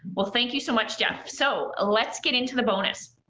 well thank you so much jeff. so, ah let's get into the bonus